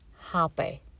happy